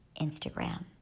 Instagram